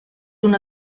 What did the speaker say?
una